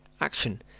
action